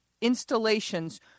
installations